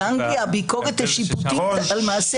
באנגליה הביקורת השיפוטית על מעשי